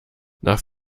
nach